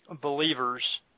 believers